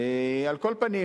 על כל פנים,